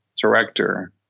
director